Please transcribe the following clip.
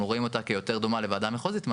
אנחנו וראים אותה כיותר דומה לוועדה מחוזית,